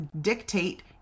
dictate